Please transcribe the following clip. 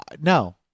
No